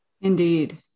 Indeed